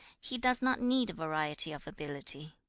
he does not need variety of ability